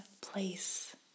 place